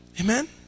Amen